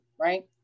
right